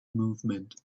movement